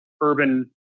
urban